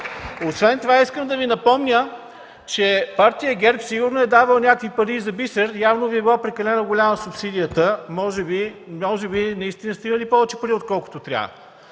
Освен това, искам да Ви напомня, че Партия ГЕРБ сигурно е давала някакви пари и за Бисер. Явно Ви е била прекалено голяма субсидията. Може би наистина сте имали повече пари, отколкото трябва.